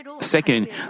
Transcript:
Second